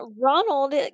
Ronald